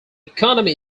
economy